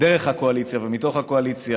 דרך הקואליציה ומתוך הקואליציה,